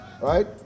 right